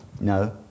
No